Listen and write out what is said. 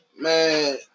Man